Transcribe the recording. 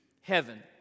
heaven